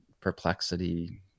perplexity